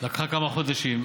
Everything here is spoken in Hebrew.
לקח כמה חודשים,